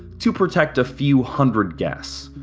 to protect a few hundred guests.